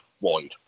wide